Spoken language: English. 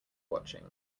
watching